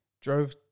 drove